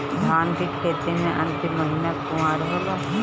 धान के खेती मे अन्तिम महीना कुवार होला?